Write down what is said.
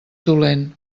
dolent